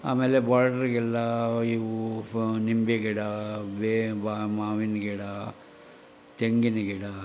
ಆಮೇಲೆ ಬಾರ್ಡ್ರಿಗೆಲ್ಲ ಇವು ನಿಂಬೆ ಗಿಡವೆ ಮಾವಿನ ಗಿಡ ತೆಂಗಿನ ಗಿಡ